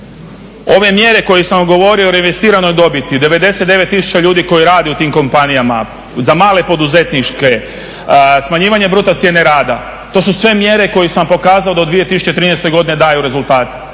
Ove mjere koje sam vam govorio, o … dobiti, 99 tisuća ljudi koji radi u tim kompanijama za male poduzetnike, smanjivanje bruto cijene rada, to su sve mjere koje sam pokazao da u 2013. godini daju rezultate,